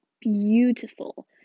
beautiful